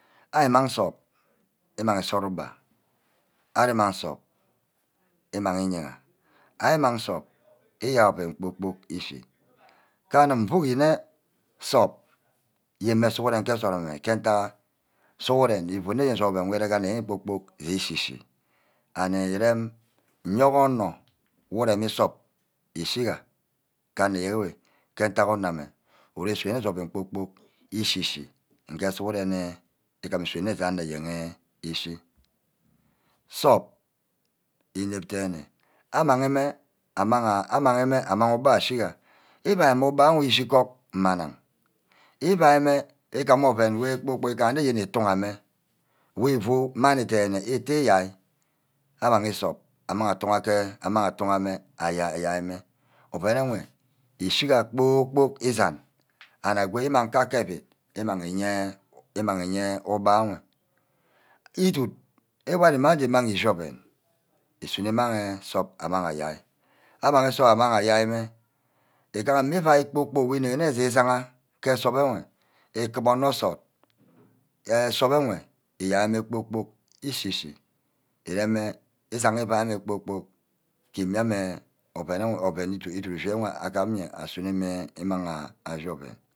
Ari ímag nsup ímang îsarai ugba. ari ímang nsup ímangi íyira. arí ímang ńsup íyai oven kpor-kpork echi. ke anim muuk nne sup yene mme sughuren ke nsort amme. ntack sughuren ifu nne oven wor íre kpor-kpork íre echi-chi ani írem mme ke onor wu iremi sup ishigha ka ane enyen ewe. ke ntack onor ame ire sunor nne yene obven kpor-kpork Échi-chi. nge sughuren isuno nne ane eyen Eshi. sup înep denne amang mme. amang ugba ashigba. íuai mme ugba mme eshigur manim. egahanne oven kpor-kpork ítun hameh wu ifu manni denne íte íyai amang nsup amang atu ghage amang atughame ayaimme oven enwe Eshiga kpor-kpork esan and ago ímang kake evid ímang íye ke ugba ewe. ídud ígwarumaje imang ishi oven. isuno imang sup amang ayai. amang sup amang agai mme egaha mme ívaí mme kpor kpork j́egaha nne isai mme ke nsup enwe. íkuba onor nsort nsup ewe íyai mme kpor-kpork íshi-shi íreme ushigha ífai beh kpor-kpork ke utu ushi enwe asun o mme ímang ashi oven